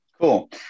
Cool